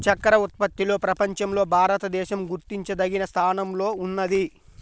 చక్కర ఉత్పత్తిలో ప్రపంచంలో భారతదేశం గుర్తించదగిన స్థానంలోనే ఉన్నది